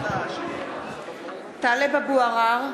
(קוראת בשמות חברי הכנסת) טלב אבו עראר,